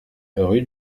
rue